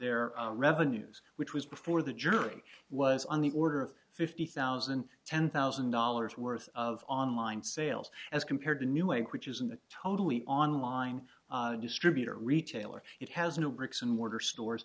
their revenues which was before the jury was on the order of fifty thousand ten thousand dollars worth of online sales as compared to new way which isn't a totally online distributor retailer it has no bricks and mortar stores